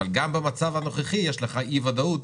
אבל גם במצב הנוכחי יש לך אי ודאות,